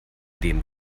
dem